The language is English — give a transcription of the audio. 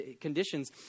conditions